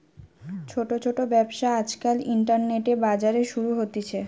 ছোট ছোট ব্যবসা আজকাল ইন্টারনেটে, বাজারে শুরু হতিছে